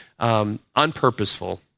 unpurposeful